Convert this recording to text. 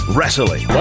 Wrestling